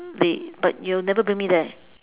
but you'll never bring me there